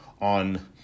on